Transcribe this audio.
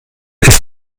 ist